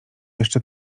jeszcze